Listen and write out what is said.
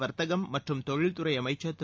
வர்த்தகம் மற்றும் தொழில்துறை அமைச்சர் திரு